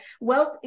wealth